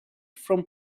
from